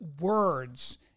words